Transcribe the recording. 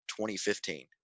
2015